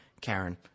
Karen